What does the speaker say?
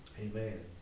Amen